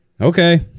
Okay